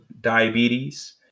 diabetes